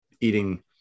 eating